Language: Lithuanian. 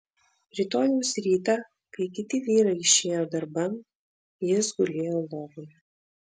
rytojaus rytą kai kiti vyrai išėjo darban jis gulėjo lovoje